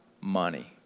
money